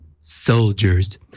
soldiers